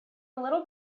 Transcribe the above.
little